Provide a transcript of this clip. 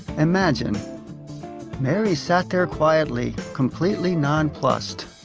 imagine mary sat there quietly, completely nonplussed.